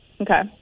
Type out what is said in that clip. Okay